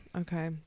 Okay